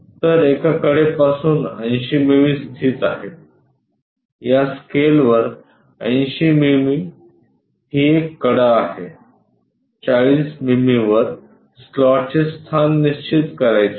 तर एका कडेपासून 80 मिमी स्थित आहे या स्केलवर 80 मिमीही एक कडा आहे 40 मिमी वर स्लॉटचे स्थाननिश्चित करायचे आहे